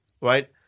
right